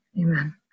Amen